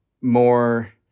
more